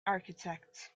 architect